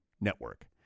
network